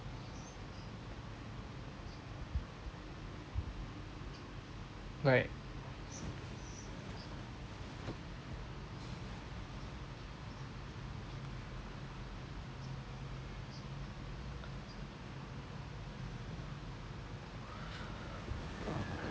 right